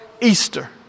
Easter